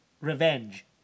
revenge